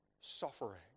suffering